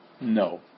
No